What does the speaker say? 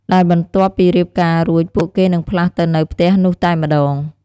ដែលបន្ទាប់ពីរៀបការរួចពួកគេនិងផ្លាស់ទៅនៅផ្ទះនោះតែម្តង។